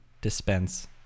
dispense